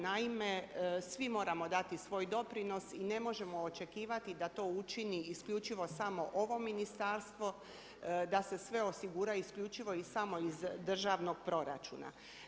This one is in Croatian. Naime, svi moramo dati svoj doprinos i ne možemo očekivati da to učini isključivo samo ovo ministarstvo, da se sve osigura isključivao i samo iz državnog proračuna.